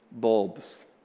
bulbs